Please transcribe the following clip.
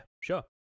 sure